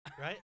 right